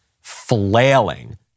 flailing